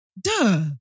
Duh